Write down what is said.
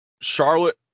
Charlotte